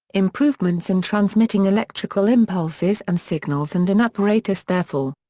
improvements in transmitting electrical impulses and signals and in apparatus there-for.